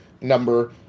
number